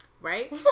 right